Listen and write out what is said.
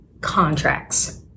contracts